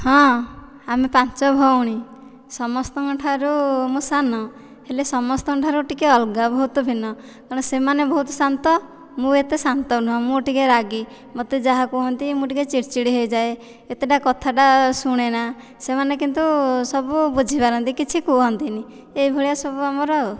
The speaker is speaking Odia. ହଁ ଆମେ ପାଞ୍ଚ ଭଉଣୀ ସମସ୍ତଙ୍କଠାରୁ ମୁଁ ସାନ ହେଲେ ସମସ୍ତଙ୍କଠାରୁ ଟିକିଏ ଅଲଗା ବହୁତ ଭିନ୍ନ ତେଣୁ ସେମାନେ ବହୁତ ଶାନ୍ତ ମୁଁ ଏତେ ଶାନ୍ତ ନୁହଁ ମୁଁ ଟିକିଏ ରାଗି ମୋତେ ଯାହା କୁହନ୍ତି ମୁଁ ଟିକିଏ ଚିଡ଼ି ଚିଡ଼ି ହୋଇଯାଏ ଏତେଟା କଥାଟା ଶୁଣେନା ସେମାନେ କିନ୍ତୁ ସବୁ ବୁଝିପାରନ୍ତି କିଛି କୁହନ୍ତିନି ଏ ଭଳିଆ ସବୁ ଆମର ଆଉ